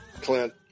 Clint